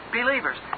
believers